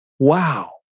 Wow